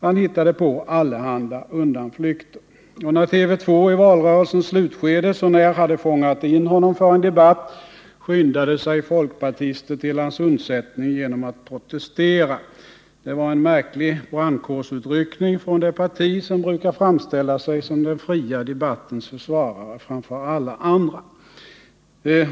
Han hittade på allehanda undanflykter och när TV2 i valrörelsens slutskede så när hade fångat in honom för en debatt skyndade sig folkpartister till hans undsättning genom att protestera. Det var en märklig brandkårsutryckning från det parti som brukar framställa sig som den fria debattens försvarare framför alla andra.